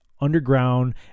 underground